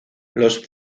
los